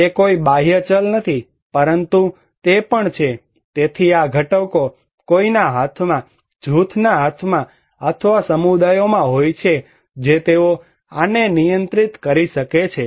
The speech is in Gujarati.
તે કોઈ બાહ્ય ચલ નથી પરંતુ તે પણ છે તેથી આ ઘટકો કોઈના હાથમાં જૂથના હાથમાં અથવા સમુદાયોમાં હોય છે જે તેઓ આને નિયંત્રિત કરી શકે છે